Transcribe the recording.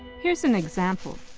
here's an example.